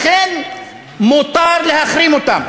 לכן מותר להחרים אותן.